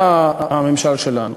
שיטת הממשל שלנו.